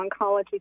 oncology